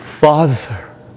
Father